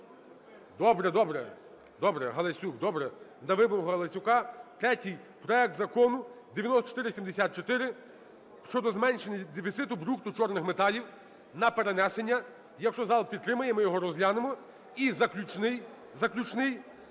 добре, добре, Галасюк, добре. На вимогу Галасюка, третій – проект Закону (9474) щодо зменшення дефіциту брухту чорних металів, на перенесення, якщо зал підтримає, ми його розглянемо. І заключний, заключний